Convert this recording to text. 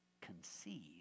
conceive